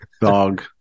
Dog